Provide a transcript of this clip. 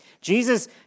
Jesus